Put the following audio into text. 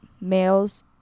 males